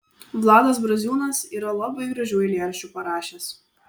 vladas braziūnas yra labai gražių eilėraščių parašęs